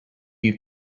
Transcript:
you